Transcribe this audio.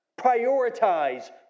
Prioritize